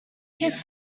his